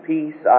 Peace